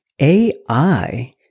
AI